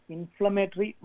Inflammatory